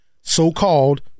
so-called